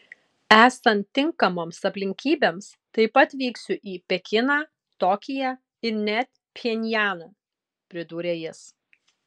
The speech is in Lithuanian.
esant tinkamoms aplinkybėms taip pat vyksiu į pekiną tokiją ir net pchenjaną pridūrė jis